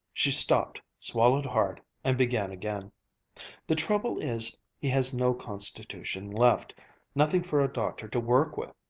she stopped, swallowed hard, and began again the trouble is he has no constitution left nothing for a doctor to work with.